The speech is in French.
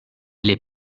les